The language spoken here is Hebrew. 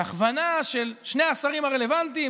בהכוונה של שני השרים הרלוונטיים,